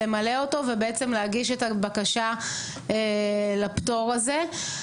למלא אותו ובעצם להגיש את הבקשה לפטור הזה.